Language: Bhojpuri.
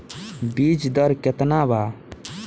बीज दर केतना बा?